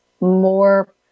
More